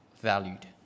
valued